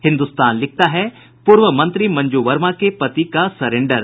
हिन्दुस्तान लिखता है पूर्व मंत्री मंजू वर्मा के पति का सरेंडर